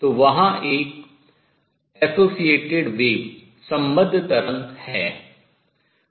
तो वहाँ एक संबद्ध तरंग है